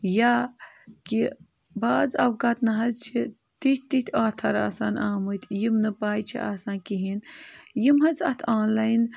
یا کہِ بعض اوقات نہ حظ چھِ تِتھۍ تِتھۍ آتھر آسان آمٕتۍ یِم نہٕ پَے چھِ آسان کِہیٖنۍ یِم حظ اَتھ آنلایِن